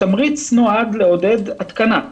התמריץ נועד לעודד התקנה.